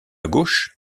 gauche